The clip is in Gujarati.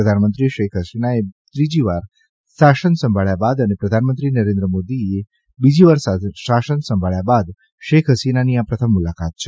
પ્રધાનમંત્રી શેખ હસીનાએ ત્રીજી વાર શાસન સંભાળ્યા બાદ અને પ્રધાનમંત્રી નરેન્દ્ર મોદીએ બીજી વાર શાસન સંભાળ્યા બાદ શેખ હસીનાની આ પ્રથમ મુલાકાત છે